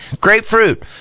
Grapefruit